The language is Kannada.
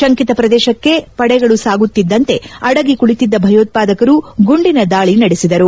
ಶಂಕಿತ ಪ್ರದೇಶಕ್ಕೆ ಪಡೆಗಳು ಸಾಗುತ್ತಿದ್ದಂತೆ ಅಡಗಿ ಕುಳಿತಿದ್ದ ಭಯೋತ್ಪಾದಕರು ಗುಂಡಿನ ದಾಳಿ ನಡೆಸಿದರು